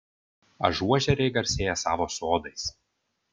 ažuožeriai garsėja savo sodais